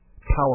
power